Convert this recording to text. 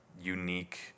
unique